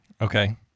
okay